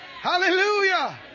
hallelujah